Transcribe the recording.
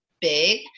big